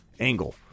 angle